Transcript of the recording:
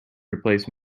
replace